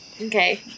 Okay